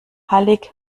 hallig